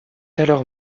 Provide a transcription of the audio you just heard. alors